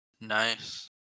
Nice